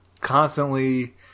constantly